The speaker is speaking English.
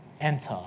enter